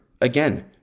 again